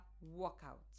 workout